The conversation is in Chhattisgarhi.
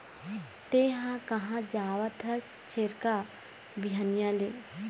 तेंहा कहाँ जावत हस छेरका, बिहनिया ले?